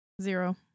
Zero